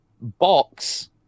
Box